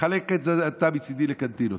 תחלק את זה אתה מצידי לקנטינות.